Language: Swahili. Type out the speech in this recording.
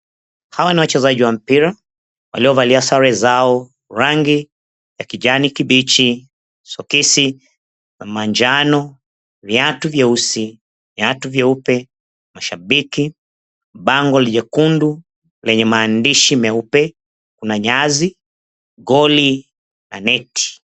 Hawa ni wachezaji wa mpira waliovalia sare zao rangi ya kijani kibichi, sokisi za manjano, viatu vyeusi, viatu vyeupe, mashabiki, bango ni lekundu lenye maandishi meupe, kuna nyasi, goli na neti.